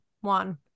one